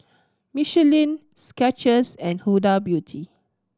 Michelin Skechers and Huda Beauty